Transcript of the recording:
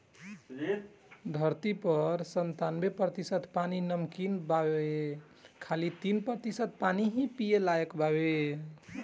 धरती पर पर संतानबे प्रतिशत पानी नमकीन बावे खाली तीन प्रतिशत पानी ही पिए लायक बावे